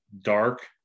dark